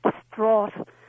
distraught